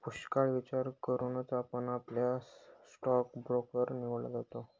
पुष्कळ विचार करूनच आपण आपला स्टॉक ब्रोकर निवडला पाहिजे